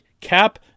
cap